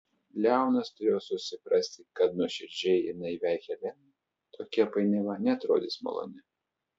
leonas turėjo susiprasti kad nuoširdžiai ir naiviai helenai tokia painiava neatrodys maloni